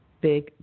Big